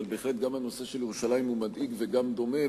אבל בהחלט גם הנושא של ירושלים מדאיג וגם דומה,